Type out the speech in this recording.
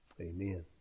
Amen